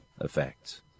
effects